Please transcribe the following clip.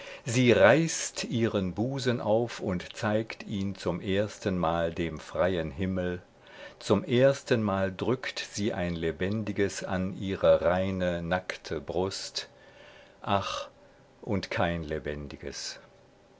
sie reißt ihren busen auf und zeigt ihn zum erstenmal dem freien himmel zum erstenmal drückt sie ein lebendiges an ihre reine nackte brust ach und kein lebendiges